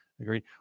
Agreed